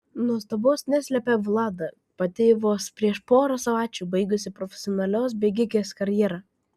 nuostabos neslepia vlada pati vos prieš porą savaičių baigusi profesionalios bėgikės karjerą